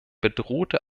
bedrohte